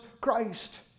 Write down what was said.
Christ